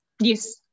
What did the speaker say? yes